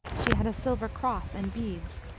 she had a silver cross and beads.